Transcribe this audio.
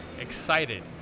excited